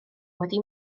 wedi